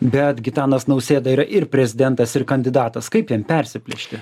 bet gitanas nausėda yra ir prezidentas ir kandidatas kaip jam persiplėšti